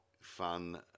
fun